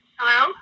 Hello